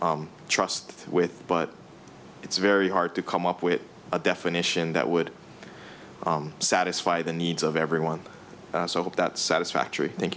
trust with but it's very hard to come up with a definition that would satisfy the needs of everyone so that satisfactory thank